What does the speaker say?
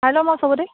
চাই ল'ম আৰু চবতে